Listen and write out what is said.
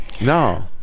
No